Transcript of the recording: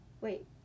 Wait